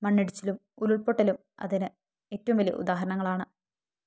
മണ്ണിടിച്ചലും ഉരുൾപൊട്ടലും അതിന് ഏറ്റവും വലിയ ഉദാഹരണങ്ങളാണ്